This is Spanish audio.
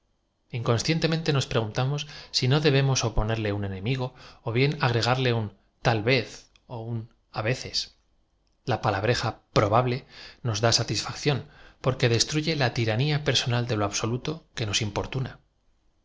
inconscientemente no a preguntamos si no debe mos oponerle un enemigo ó bien agregarle un ta l v e z ó un á veces la palabreja probable nos da satisfacción porque destruye la tiranía personal de lo absoluto que nos